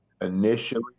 initially